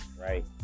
right